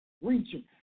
reaching